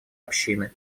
общины